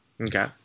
Okay